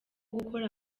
gukora